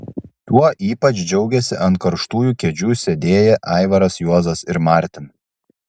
tuo ypač džiaugėsi ant karštųjų kėdžių sėdėję aivaras juozas ir martin